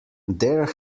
there